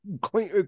clean